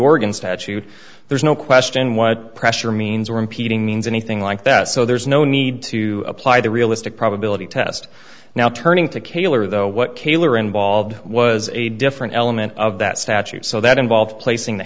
oregon statute there's no question what pressure means or impeding means anything like that so there's no need to apply the realistic probability test now turning to kaylor though what kaylor involved was a different element of that statute so that involves placing the